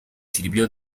sirvió